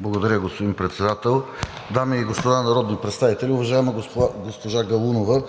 Благодаря, господин Председател. Дами и господа народни представители! Уважаема госпожо Галунова,